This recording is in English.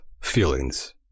feelings